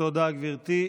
תודה, גברתי.